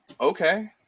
okay